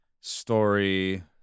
story